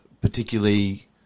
particularly